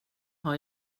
har